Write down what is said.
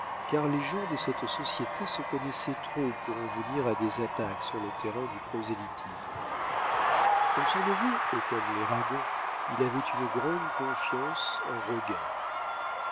car les gens de cette société se connaissaient trop pour en venir à des attaques sur le terrain du prosélytisme comme son neveu et comme les ragon il avait une grande confiance en roguin